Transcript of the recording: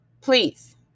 Please